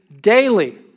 daily